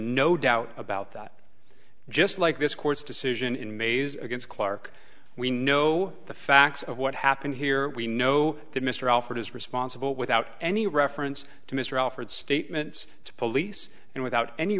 no doubt about that just like this court's decision in mays against clark we know the facts of what happened here we know that mr alford is responsible without any reference to mr alford statements to police and without any